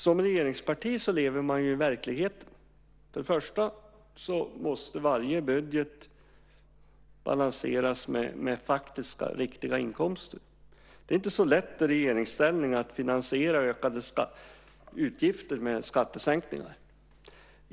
Som regeringsparti lever man ju i verkligheten. Varje budget måste till exempel balanseras med faktiska, riktiga inkomster. Det är inte så lätt i regeringsställning att finansiera ökade utgifter med skattesänkningar.